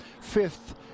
fifth